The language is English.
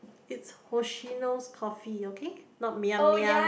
it's Hoshino's-Coffee okay not Miam-Miam